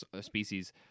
species